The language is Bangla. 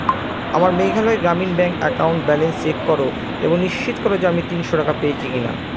আমার Meghalaya Gramin bank account balance check করো এবং নিশ্চিত করো যে আমি তিনশো টাকা পেয়েছি কিনা